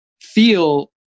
feel